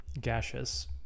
gaseous